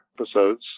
episodes